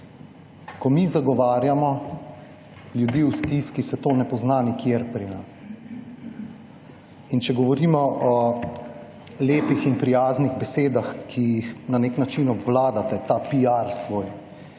Ko mi zagovarjamo ljudi v stiski, se to ne pozna nikjer pri nas. In če govorimo o lepih in prijaznih besedah, ki jih na nek način obvladate, ta piar svoj,